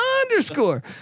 underscore